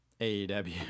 AEW